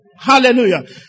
Hallelujah